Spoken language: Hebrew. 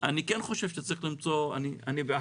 אני כן חושב שצריך למצוא פתרונות.